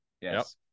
Yes